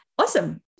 Awesome